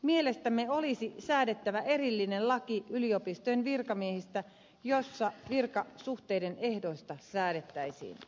mielestämme olisi säädettävä yliopistojen virkamiehistä erillinen laki jossa virkasuhteiden ehdoista säädettäisiin